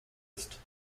ist